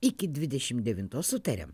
iki dvidešimt devintos sutariam